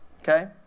okay